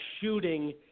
shooting